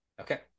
okay